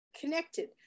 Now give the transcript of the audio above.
connected